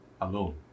alone